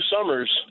summers